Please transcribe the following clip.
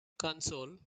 console